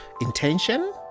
intention